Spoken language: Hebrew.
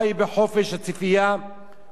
חופש הביטוי, חופש העיסוק